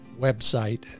website